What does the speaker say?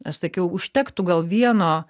aš sakiau užtektų gal vieno